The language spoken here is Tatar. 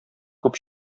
күп